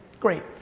great.